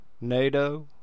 NATO